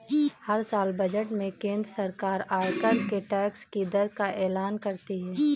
हर साल बजट में केंद्र सरकार आयकर के टैक्स की दर का एलान करती है